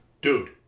dude